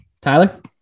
Tyler